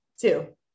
two